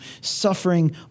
suffering